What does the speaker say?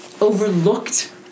overlooked